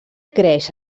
creix